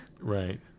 Right